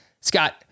Scott